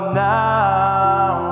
now